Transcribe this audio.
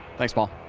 thanks, paul.